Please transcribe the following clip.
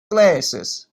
glasses